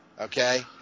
Okay